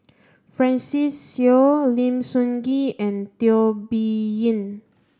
Francis Seow Lim Sun Gee and Teo Bee Yen